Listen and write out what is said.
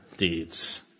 deeds